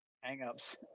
hang-ups